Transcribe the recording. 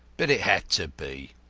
but it had to be.